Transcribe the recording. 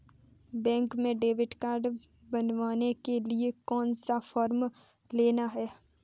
Bank में debit card बनवाने के लिए कौन सा फॉर्म लेना है?